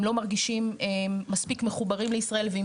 הם לא מרגישים מספיק מחוברים לישראל ועם